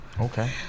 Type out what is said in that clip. Okay